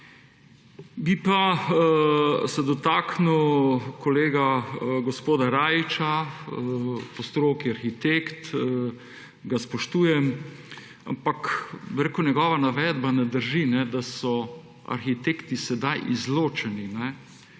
Bi pa se dotaknil kolega gospoda Rajića, po stroki arhitekta, ga spoštujem, ampak njegova navedbe ne drži, da so arhitekti sedaj izločeni